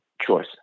choice